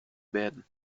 werden